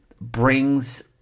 brings